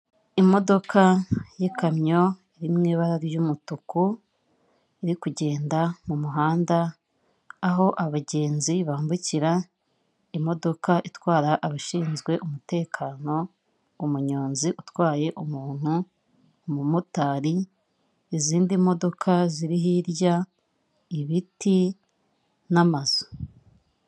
Imodoka y'ikamyo iri mu ibara ry'umutuku, iri kugenda mu muhanda aho abagenzi bambukira, imodoka itwara abashinzwe umutekano, umunyonzi utwaye umuntu, umumotari, izindi modoka ziri hirya, ibiti, n'amazu.